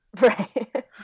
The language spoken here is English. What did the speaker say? right